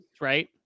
right